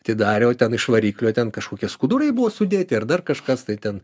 atidarė o ten iš variklio ten kažkokie skudurai buvo sudėti ir dar kažkas tai ten